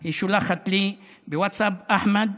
היא שולחת לי בווטסאפ: אחמד,